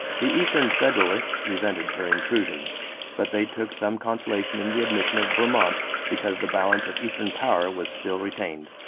the eastern federalists resented her intrusion but they took some consolation in the admission of vermont because the balance of eastern power was still retained.